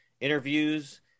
interviews